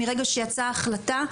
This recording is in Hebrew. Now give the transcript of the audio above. מרגע שיצאה ההחלטה,